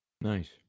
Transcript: Nice